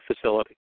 facility